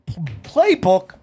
playbook